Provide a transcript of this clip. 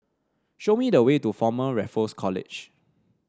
show me the way to Former Raffles College